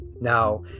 now